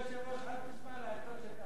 אל תשמע לעצות של חבר כנסת כבל,